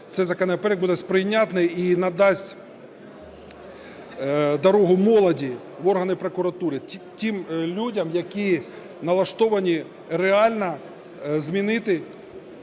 цей законопроект буде прийнятий і надасть дорогу молоді в органи прокуратури, тим людям, які налаштовані реально змінити